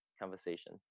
conversation